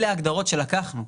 אלה ההגדרות שלקחנו,